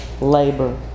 labor